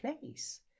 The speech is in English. place